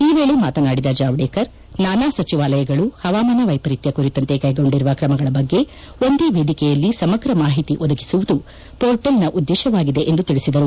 ಈ ವೇಳೆ ಮಾತನಾಡಿದ ಜಾವಡೇಕರ್ ನಾನಾ ಸಚಿವಾಲಯಗಳು ಪವಾಮಾನ ವೈಪರಿಕ್ಕ ಕುರಿತಂತೆ ಕೈಗೊಂಡಿರುವ ಕ್ರಮಗಳ ಬಗ್ಗೆ ಒಂದೇ ವೇದಿಕೆಯಲ್ಲಿ ಸಮಗ್ರ ಮಾಹಿತಿಯನ್ನು ಒದಗಿಸುವುದು ಪೋರ್ಟಲ್ನ ಉದ್ದೇಶವಾಗಿದೆ ಎಂದು ತಿಳಿಸಿದರು